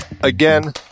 again